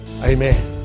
Amen